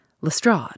Lestrade